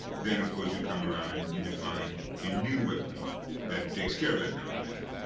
then of course you come around and you define a new weapon that takes care of that countermeasure.